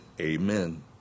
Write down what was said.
Amen